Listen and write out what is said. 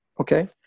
Okay